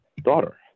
daughter